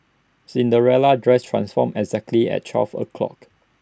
Cinderella's dress transformed exactly at twelve o'clock